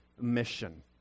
mission